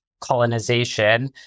colonization